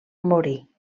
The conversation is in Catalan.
morir